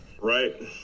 Right